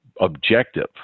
objective